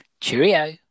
Cheerio